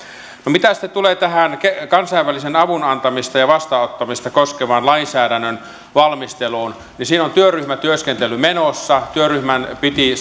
mitä tulee tähän kansainvälisen avun antamista ja vastaanottamista koskevan lainsäädännön valmisteluun niin siinä on työryhmätyöskentely menossa työryhmän piti